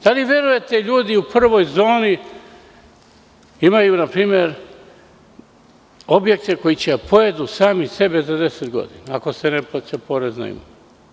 Da li verujete da ljudi u prvoj zoni imaju objekte koji će da pojedu sami sebe za deset godina ako se ne plaća porez na imovinu?